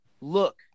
Look